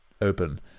open